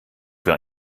für